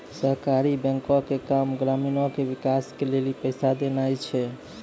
सहकारी बैंको के काम ग्रामीणो के विकास के लेली पैसा देनाय छै